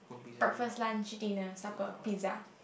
breakfast lunch dinner supper pizza